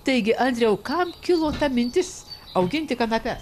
taigi andriau kam kilo ta mintis auginti kanapes